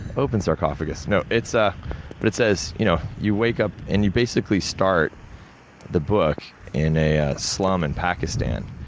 open sarcophagus? no, it's, ah but it says, you know you wake up, and you basically start the book in a ah slum in pakistan.